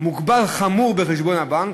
מוגבל חמור בחשבון הבנק,